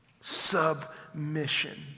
Submission